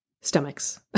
stomachs